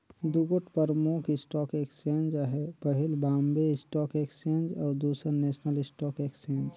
दुगोट परमुख stock exchange अहे पहिल बॉम्बे स्टाक एक्सचेंज अउ दूसर नेसनल स्टॉक एक्सचेंज